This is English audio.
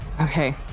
Okay